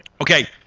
okay